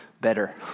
better